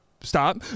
stop